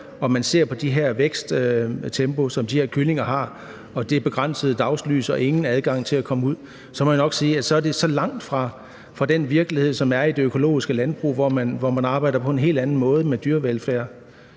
når man ser på det her væksttempo, som de her kyllinger har, og begrænset dagslys og ingen adgang til at komme ud, så må jeg nok sige, at så er det langt fra den virkelighed, som er i det økologiske landbrug, hvor man arbejder på en helt anden måde med dyrevelfærd.